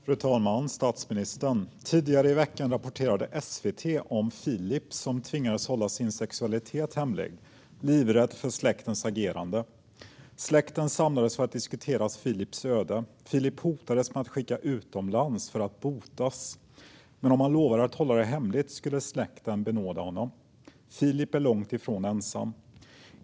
Fru talman och statsministern! Tidigare i veckan rapporterade SVT om Filip, som tvingades hålla sin sexualitet hemlig, livrädd för släktens agerande. Släkten samlades för att diskutera Filips öde. Han hotades med att skickas utomlands för att botas, men om han lovade att hålla sin sexualitet hemlig skulle släkten benåda honom. Filip är långt ifrån ensam.